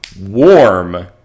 warm